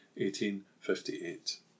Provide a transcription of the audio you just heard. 1858